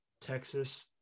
Texas